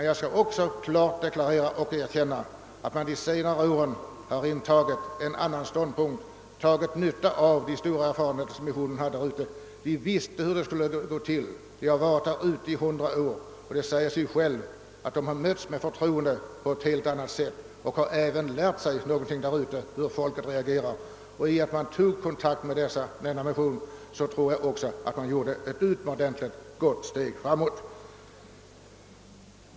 Jag skall gärna erkänna, att man de senare åren har intagit en annan ståndpunkt och dragit nytta av missionen. Missionärerna visste hur detta arbete bör gå till; de har varit där ute i hundra år, de har mötts med förtroende och de har även lärt sig hur folket reagerar. När man därför tog kontakt med missionen tror jag att man tog ett mycket stort steg framåt.